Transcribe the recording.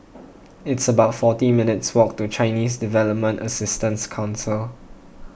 it's about forty minutes' walk to Chinese Development Assistance Council